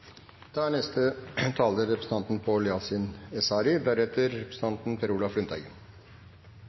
Da skal representanten Per Olaf Lundteigen